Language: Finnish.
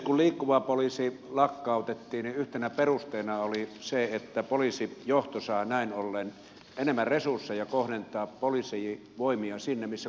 kun liikkuva poliisi lakkautettiin niin yhtenä perusteena oli se että poliisijohto saa näin ollen enemmän resursseja kohdentaa poliisivoimia sinne missä niitä kulloinkin tarvitaan